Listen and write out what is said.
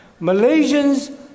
Malaysians